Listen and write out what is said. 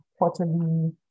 quarterly